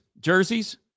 jerseys